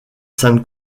sainte